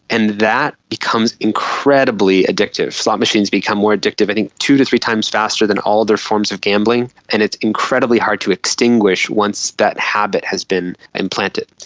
and that becomes incredibly addictive. slot machines become more addictive i think two to three times faster than all other forms of gambling, and it's incredibly hard to extinguish once that habit has been implanted.